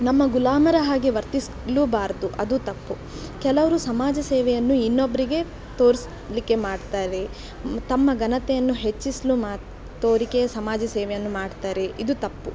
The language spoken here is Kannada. ನಮ್ಮ ಗುಲಾಮರ ಹಾಗೆ ವರ್ತಿಸಲೂಬಾರದು ಅದು ತಪ್ಪು ಕೆಲವರು ಸಮಾಜ ಸೇವೆಯನ್ನು ಇನ್ನೊಬ್ಬರಿಗೆ ತೋರಿಸಲಿಕ್ಕೆ ಮಾಡ್ತಾರೆ ತಮ್ಮ ಘನತೆಯನ್ನು ಹೆಚ್ಚಿಸಲೂ ಮಾ ತೋರಿಕೆಯ ಸಮಾಜ ಸೇವೆಯನ್ನು ಮಾಡ್ತಾರೆ ಇದು ತಪ್ಪು